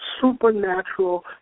supernatural